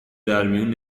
درمیون